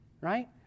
right